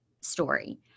story